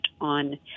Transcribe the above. on